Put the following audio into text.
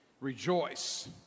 Rejoice